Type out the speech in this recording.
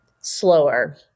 slower